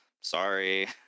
sorry